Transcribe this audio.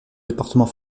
département